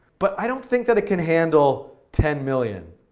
but i don't think that it can handle ten million.